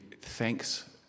thanks